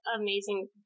amazing